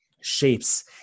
shapes